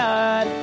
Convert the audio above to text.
God